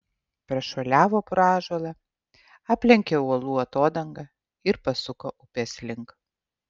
prašuoliavo pro ąžuolą aplenkė uolų atodangą ir pasuko upės link